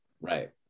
right